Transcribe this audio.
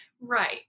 Right